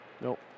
Nope